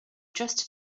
just